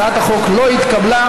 הצעת החוק לא התקבלה.